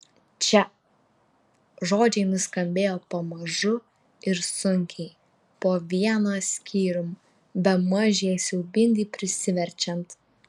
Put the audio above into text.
čia žodžiai nuskambėjo pamažu ir sunkiai po vieną skyrium bemaž jai siaubingai prisiverčiant